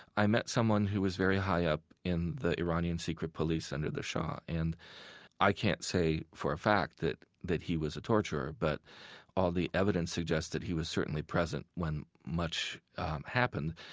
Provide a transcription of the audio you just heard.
i met someone who was very high up in the iranian secret police under the shah. and i can't say for a fact that that he was a torturer, but all the evidence suggested that he was certainly present when much happened.